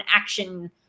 action